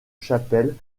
chapelle